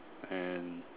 and